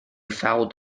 fouled